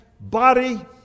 body